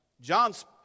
John's